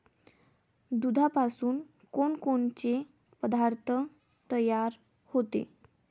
दुधापासून कोनकोनचे पदार्थ तयार होते?